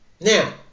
Now